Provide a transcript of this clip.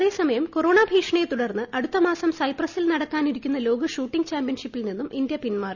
അതേസമയം കൊറോണ ഭീഷണിയെ തുടർന്ന് അടുത്ത മാസം സൈപ്രസിൽ നടക്കാനിരിക്കുന്ന ലോക ഷൂട്ടിംഗ് ചാമ്പ്യൻഷിപ്പിൽ നിന്നും ഇന്ത്യ പിന്മാറി